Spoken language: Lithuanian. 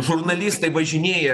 žurnalistai važinėja